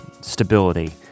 stability